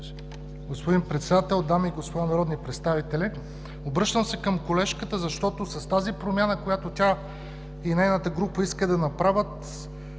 Господин Председател, дами и господа народни представители! Обръщам се към колежката, защото с тази промяна, която тя и нейната група искат да направят,